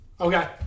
Okay